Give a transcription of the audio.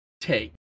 take